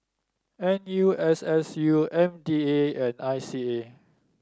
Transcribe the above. N U S S U M D A and I C A